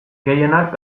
gehienak